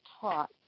taught